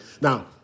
Now